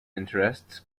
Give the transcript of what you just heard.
interests